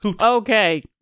Okay